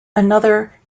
another